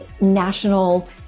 national